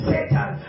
Satan